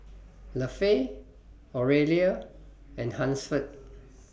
Lafe Aurelia and Hansford